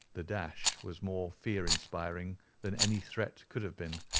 the dash was more fear-inspiring than any threat could have been.